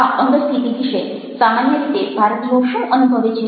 આ અંગસ્થિતિ વિશે સામાન્ય રીતે ભારતીયો શું અનુભવે છે